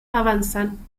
avanzan